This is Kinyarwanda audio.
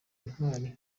intwari